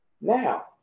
Now